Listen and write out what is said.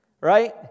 right